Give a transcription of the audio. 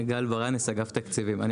גל ברנס, אגף תקציבים, משרד האוצר.